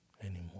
anymore